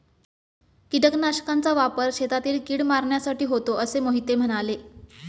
कीटकनाशकांचा वापर शेतातील कीड मारण्यासाठी होतो असे मोहिते म्हणाले